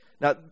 Now